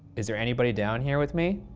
is there anybody down here with me?